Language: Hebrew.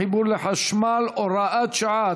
חיבור לחשמל) (הוראת שעה),